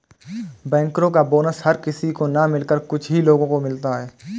बैंकरो का बोनस हर किसी को न मिलकर कुछ ही लोगो को मिलता है